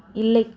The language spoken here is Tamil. இல்லை